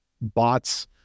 bots